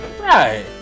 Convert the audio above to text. Right